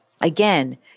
again